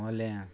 मोल्या